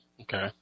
Okay